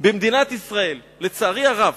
במדינת ישראל, לצערי הרב,